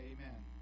Amen